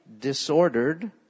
disordered